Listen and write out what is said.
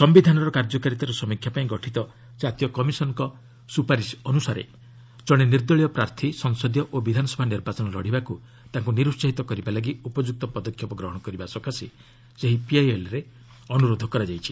ସମ୍ଭିଧାନର କାର୍ଯ୍ୟକାରିତାର ସମୀକ୍ଷାପାଇଁ ଗଠିତ ଜାତୀୟ କମିଶନ୍ଙ୍କ ସୁପାରିସ୍ ଅନୁସାରେ ଜଣେ ନିର୍ଦଳୀୟ ପ୍ରାର୍ଥୀ ସଂସଦୀୟ ଓ ବିଧାନସଭା ନିର୍ବାଚନ ଲଢ଼ିବାକୁ ତାଙ୍କୁ ନିରୁ୍ସାହିତ କରିବା ଲାଗି ଉପଯୁକ୍ତ ପଦକ୍ଷେପ ଗ୍ରହଣ କରିବା ସକାଶେ ସେହି ପିଆଇଏଲ୍ରେ ଅନୁରୋଧ କରାଯାଇଛି